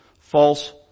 false